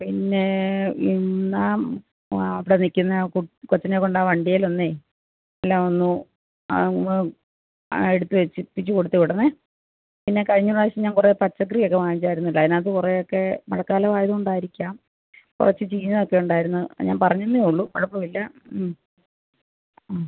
പിന്നെ എന്നാൽ അവിടെ നിൽക്കുന്ന കൊച്ചിനെ കൊണ്ടാ വണ്ടിയിലൊന്നേ എല്ലാം ഒന്നു അതൊന്ന് ആ എടുത്ത് വെപ്പിച്ച് കൊടുത്ത് വിടണേ പിന്നെ കഴിഞ്ഞ പ്രാവശ്യം ഞാൻ കുറേ പച്ചക്കറിയൊക്കെ വാങ്ങിച്ചായിരുന്നല്ലോ അതിനകത്ത് കുറേ ഒക്കെ മഴക്കാലം ആയതുകൊണ്ടായിരിക്കാം കുറച്ച് ചീഞ്ഞതൊക്കെ ഉണ്ടായിരുന്നു ഞാൻ പറഞ്ഞെന്നേ ഉള്ളൂ കുഴപ്പമില്ല അ